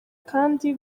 kandi